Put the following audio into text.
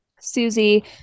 Susie